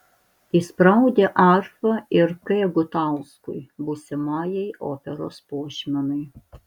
įspraudė arfą ir k gutauskui būsimajai operos puošmenai